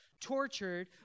tortured